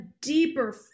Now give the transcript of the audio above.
deeper